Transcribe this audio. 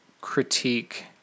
critique